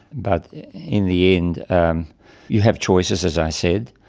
but in the end um you have choices as i said,